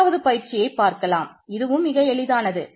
மூன்றாவது பயிற்சியை பார்க்கலாம் இதுவும் மிக எளிதானது